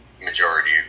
majority